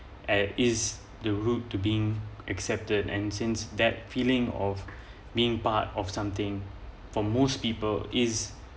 and is the route to being accepted and since that feeling of being part of something for most people is